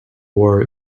war